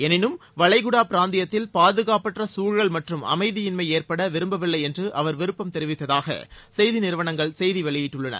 எளினும் வளைகுடா பிராந்தியத்தில் பாதுகாப்பற்ற மற்றும் அமைதியின்மை ஏற்படவிரும்பவில்லை என்று அவர் விருப்பம் தெரிவித்ததாக செய்தி நிறுவனங்கள் செய்தி வெளியிட்டுள்ளன